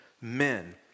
men